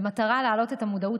במטרה להעלות את המודעות,